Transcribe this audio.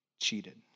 cheated